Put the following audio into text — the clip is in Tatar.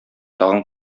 тагын